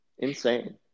Insane